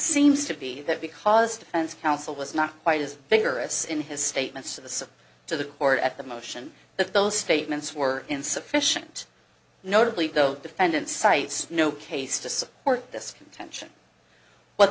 seems to be that because defense counsel was not quite as vigorous in his statements as to the court at the motion that those statements were insufficient notably the defendant cites no case to support this contention what